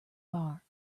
bar